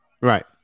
Right